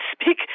speak